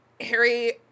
Harry